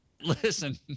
Listen